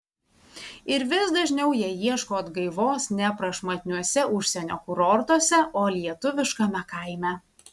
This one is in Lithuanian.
ir vis dažniau jie ieško atgaivos ne prašmatniuose užsienio kurortuose o lietuviškame kaime